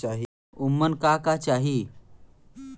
उमन का का चाही?